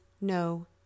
no